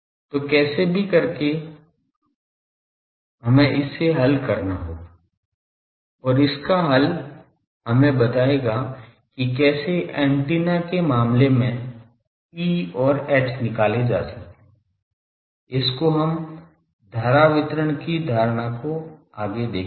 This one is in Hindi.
तो कैसे भी करके हमें इसे हल करना होगा और इसका हल हमें बताएगा की कैसे एंटीना के मामले में E और H निकले जा सकते है इसको हम धारा वितरण की धारणा को लेकर आगे देखेंगे